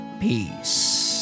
Peace